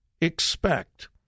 expect